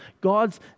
God's